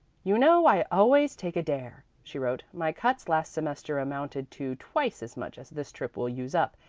you know i always take a dare, she wrote. my cuts last semester amounted to twice as much as this trip will use up,